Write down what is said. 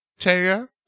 Taya